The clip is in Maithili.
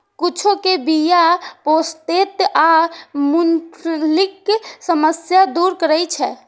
कद्दू के बीया प्रोस्टेट आ मूत्रनलीक समस्या दूर करै छै